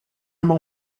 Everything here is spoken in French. m’en